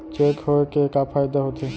Cheque होए के का फाइदा होथे?